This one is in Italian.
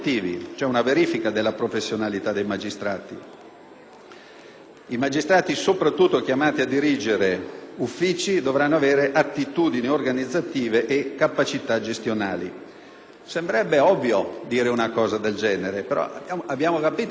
i magistrati, soprattutto quelli chiamati a dirigere uffici, dovranno avere attitudini organizzative e capacità gestionali. Sembrerebbe ovvio dire una cosa del genere, però abbiamo capito che nel sistema della giustizia questi aspetti sono tutt'altro che ovvi.